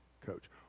coach